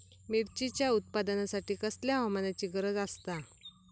मिरचीच्या उत्पादनासाठी कसल्या हवामानाची गरज आसता?